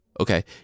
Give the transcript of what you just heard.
okay